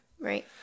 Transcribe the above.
Right